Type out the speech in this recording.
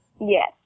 Yes